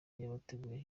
y’abateguye